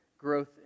Growth